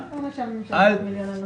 כיוון שהוא קשור גם לעניינה של השבת,